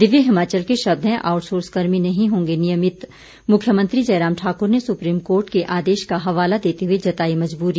दिव्य हिमाचल के शब्द हैं आउटसोर्स कर्मी नहीं होंगे नियमित मुख्यमंत्री जयराम ठाकुर ने सुप्रीम कोर्ट के आदेश का हवाला देते हुए जताई मजबूरी